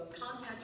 contact